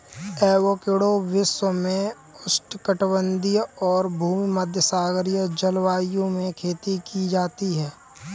avocado विश्व में उष्णकटिबंधीय और भूमध्यसागरीय जलवायु में खेती की जाती है